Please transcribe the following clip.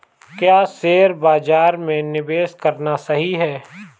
क्या शेयर बाज़ार में निवेश करना सही है?